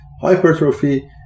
hypertrophy